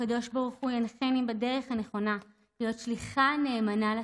שהקדוש ברוך הוא ינחני בדרך הנכונה להיות שליחה נאמנה לציבור,